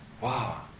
wow